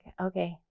okay